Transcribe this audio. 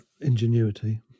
Ingenuity